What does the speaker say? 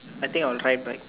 I think I will find like